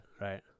right